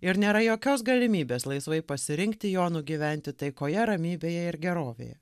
ir nėra jokios galimybės laisvai pasirinkti jo nugyventi taikoje ramybėje ir gerovėje